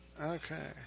Okay